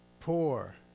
Poor